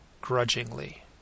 grudgingly